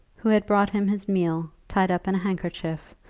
who had brought him his meal tied up in a handkerchief,